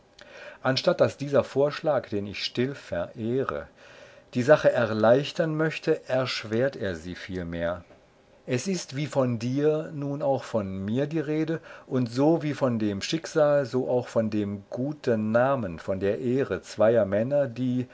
anstatt daß dieser vorschlag den ich still verehre die sache erleichtern möchte erschwert er sie vielmehr es ist wie von dir nun auch von mir die rede und so wie von dem schicksal so auch von dem guten namen von der ehre zweier männer die